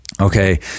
okay